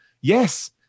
yes